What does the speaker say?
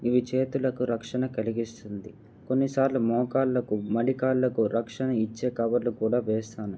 ఇవి చేతులకు రక్షణ కలిగిస్తుంది కొన్నిసార్లు మోకాళ్ళకు మలికాళ్ళకు రక్షణ ఇచ్చే కబర్లు కూడా వేస్తాను